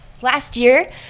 last year,